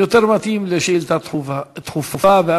יותר מתאים לשאילתה דחופה,